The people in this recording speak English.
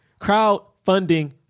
crowdfunding